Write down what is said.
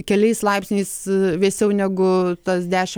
keliais laipsniais vėsiau negu tas dešimt